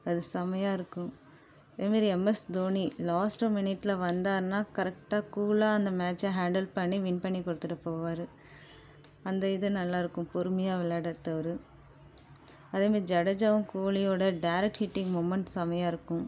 அது செம்மயா இருக்கும் இதுமாரி எம்எஸ் தோனி லாஸ்ட்டு மினிட்ல வந்தாருன்னால் கரெக்டாக கூலாக அந்த மேட்ச்சை ஹேண்டில் பண்ணி வின் பண்ணிக் கொடுத்துட்டு போவார் அந்த இது நல்லா இருக்கும் பொறுமையாக விளையாட்றதவர் அதே மாதிரி ஜடேஜாவும் கோலியோட டேரெக்ட் ஹிட்டிங் மொமெண்ட் செம்மயா இருக்கும்